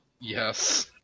Yes